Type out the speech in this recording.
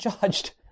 judged